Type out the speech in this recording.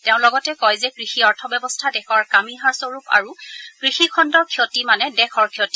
তেওঁ লগতে কয় যে কৃষি অৰ্থব্যৱস্থা দেশৰ ৰাজহাডস্বৰূপ আৰু কৃষিখণ্ডৰ ক্ষতি মানে দেশৰ ক্ষতি